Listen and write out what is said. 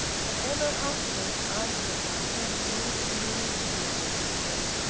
for ever afterwards argument about home rule was merely tedious to him,